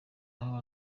aho